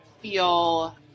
feel